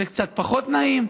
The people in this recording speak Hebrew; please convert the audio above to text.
זה קצת פחות לא נעים,